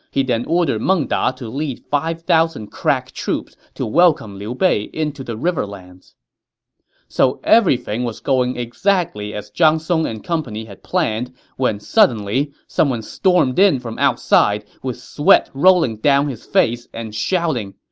he then ordered meng da to lead five thousand crack troops to welcome liu bei into the riverlands so everything was going exactly as zhang song and company had planned when suddenly someone stormed in from outside with sweat rolling down his face and shouting,